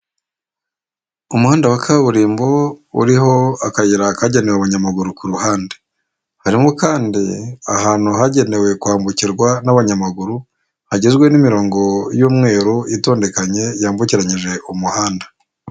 Umuhanda wa kaburimbo uriho akayira kagenewe abanyamaguru ku ruhande. Hariho kandi ahantu hagenewe kwambukirwa n'abanyamaguru hagizwe n'imirongo y'umweru itondekanye yambukiranyije umuhanda.